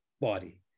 body